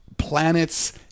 Planets